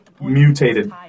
mutated